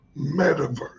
metaverse